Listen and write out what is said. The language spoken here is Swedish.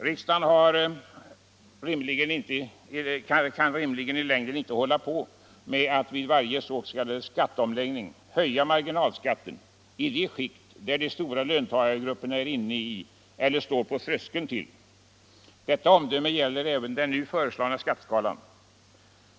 Riksdagen kan rimligen inte i längden hålla på med att vid varje s.k. skatteomläggning höja marginalskatten i de skikt som de stora löntagargrupperna är inne i eller står på tröskeln till. Detta omdöme gäller även den nu föreslagna skatteskalan.